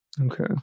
Okay